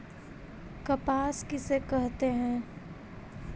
कपास किसे कहते हैं?